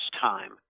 time